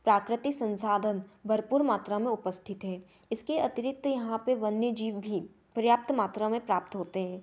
प्राकृतिक संसाधन भरपूर मात्रा में उपस्थित हैं इसके अतिरिक्त यहाँ पे वन्य जीव भी पर्याप्त मात्रा में प्राप्त होते है